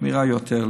המחמירה יותר.